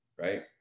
right